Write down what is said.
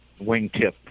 wingtip